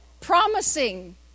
Promising